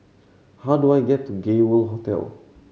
how do I get to Gay World Hotel